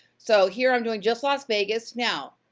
so here, i'm doing just las vegas, now,